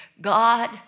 God